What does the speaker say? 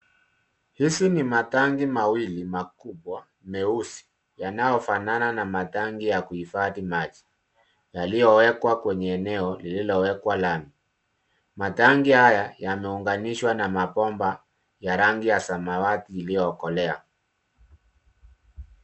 Hizi ni matangi mawili makubwa meusi yanayofanana na matangi ya kuhifadhi maji, yaliyowekwa kwenye eneo lililowekwa lami. Matangi haya yameunganishwa na mabomba ya rangi ya samawati iliyokolea.